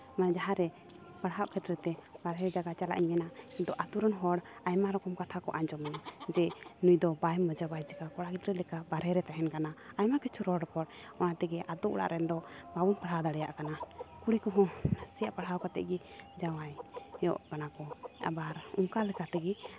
ᱡᱟᱦᱟᱸ ᱨᱮ ᱯᱟᱲᱦᱟᱜ ᱠᱷᱮᱛᱨᱮ ᱛᱮ ᱵᱟᱨᱦᱮ ᱡᱟᱭᱜᱟ ᱪᱟᱞᱟᱜ ᱤᱧ ᱢᱮᱱᱟ ᱤᱧ ᱫᱚ ᱟᱹᱛᱩ ᱨᱮᱱ ᱦᱚᱲ ᱟᱭᱢᱟ ᱨᱚᱠᱚᱢ ᱠᱟᱛᱷᱟ ᱠᱚ ᱟᱡᱚᱢ ᱟᱹᱧᱟ ᱡᱮ ᱱᱩᱭ ᱫᱚ ᱵᱟᱭ ᱢᱚᱡᱟ ᱵᱟᱭ ᱪᱮᱠᱟ ᱠᱚᱲᱟ ᱜᱤᱫᱽᱨᱟᱹ ᱞᱮᱠᱟ ᱵᱟᱨᱦᱮ ᱨᱮ ᱛᱟᱦᱮᱱ ᱠᱟᱱᱟᱭ ᱟᱭᱢᱟ ᱠᱤᱪᱷᱩ ᱨᱚᱲ ᱨᱚᱯᱚᱲ ᱚᱱᱟ ᱛᱮᱜᱮ ᱟᱹᱛᱩ ᱚᱲᱟᱜ ᱨᱮᱱ ᱫᱚ ᱵᱟᱵᱚᱱ ᱯᱟᱲᱦᱟᱣ ᱫᱟᱲᱮᱭᱟᱜ ᱠᱟᱱᱟ ᱠᱩᱲᱤ ᱠᱚ ᱦᱚᱸ ᱱᱟᱥᱮᱭᱟᱜ ᱯᱟᱲᱦᱟᱣ ᱠᱟᱛᱮᱫ ᱜᱮ ᱡᱟᱶᱭᱟᱚᱜ ᱠᱟᱱᱟ ᱠᱚ ᱟᱵᱟᱨ ᱚᱱᱠᱟ ᱞᱮᱠᱟ ᱛᱮᱜᱮ